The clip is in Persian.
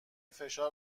فشار